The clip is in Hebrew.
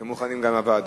אתם מוכנים גם לוועדה.